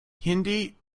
hindi